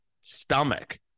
stomach